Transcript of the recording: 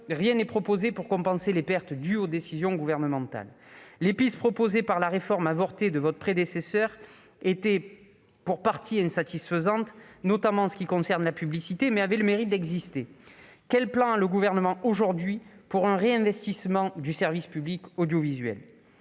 rien n'est proposé pour compenser les pertes dues aux décisions gouvernementales. Les pistes proposées par la réforme avortée de votre prédécesseur étaient pour partie insatisfaisantes, notamment en ce qui concerne la publicité, mais avaient le mérite d'exister. Quel plan a le Gouvernement aujourd'hui pour un réinvestissement du service public audiovisuel ?